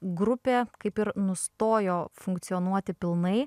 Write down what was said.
grupė kaip ir nustojo funkcionuoti pilnai